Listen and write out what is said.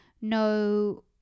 no